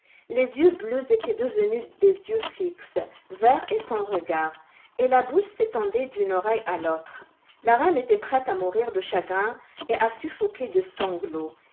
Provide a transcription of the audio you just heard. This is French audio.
les yeux bleus étaient devenus des yeux fixes verts et sans regard et la bouche s'étendait d'une oreille à l'autre la reine était prête à mourir de chagrin et à suffoquer de sanglots